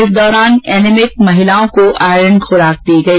इस दौरान एनिमिक महिलाओं को आयरन खुराक दी गई